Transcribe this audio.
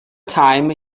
time